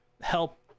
help